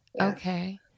Okay